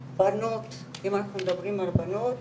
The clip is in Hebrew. הבנות אם אנחנו מדברים על בנות